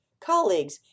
colleagues